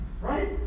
Right